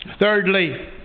thirdly